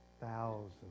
Thousands